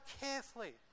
carefully